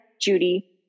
Judy